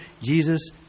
Jesus